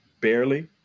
barely